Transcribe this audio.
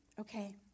Okay